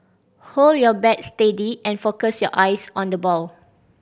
hold your bat steady and focus your eyes on the ball